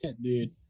Dude